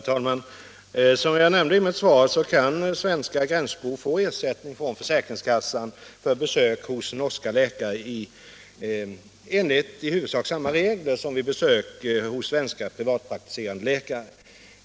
Herr talman! Som jag nämnde i mitt svar kan svenska gränsbor få ersättning från försäkringskassan för besök hos norska läkare enligt i huvudsak samma regler som vid besök hos svenska privatpraktiserande läkare.